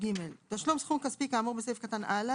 (ג)תשלום סכום כספי כאמור בסעיף קטן (א),